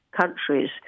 countries